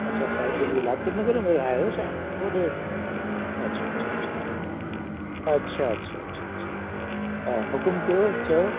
अच्छा साउथ दिल्ली लाजपत नगर में आहियो छा होॾे हा अच्छा अच्छा अच्छा अच्छा अच्छा हा हुकुम कयो चयो